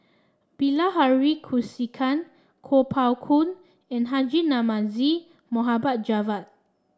Bilahari Kausikan Kuo Pao Kun and Haji Namazie Mohbed Javad